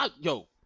Yo